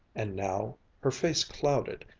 and now her face clouded,